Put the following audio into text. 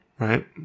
Right